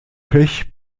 pech